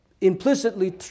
implicitly